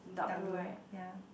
dark blue ya